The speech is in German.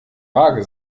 waage